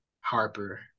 Harper